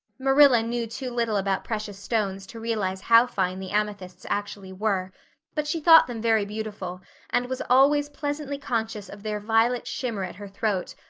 marilla knew too little about precious stones to realize how fine the amethysts actually were but she thought them very beautiful and was always pleasantly conscious of their violet shimmer at her throat,